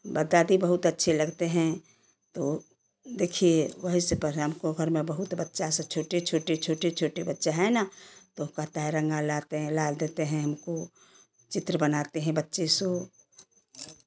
बताती बहुत अच्छे लगते हैं तो देखिए भविष्य पर है हमको घर में बहुत बच्चा स छोटे छोटे छोटे छोटे बच्चा है ना तो कहता है रंगा लाते हैं लाल देते हैं हमको चित्र बनाते हैं बच्चे से